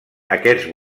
aquests